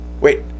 wait